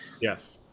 Yes